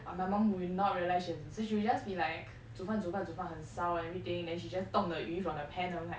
m~ my mum will not realize she has a blister so she'll just be like 煮饭煮饭煮饭很烧 everything then she just 动 the 鱼 from the pan and I'm like